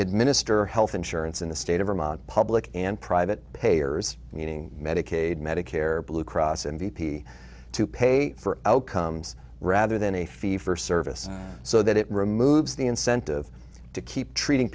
administer health insurance in the state of vermont public and private payers meaning medicaid medicare blue cross and b p to pay for outcomes rather than a fee for service so that it removes the incentive to keep treating